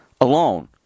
alone